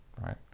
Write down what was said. right